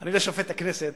אני לא שופט הכנסת,